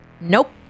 Nope